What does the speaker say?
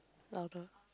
louder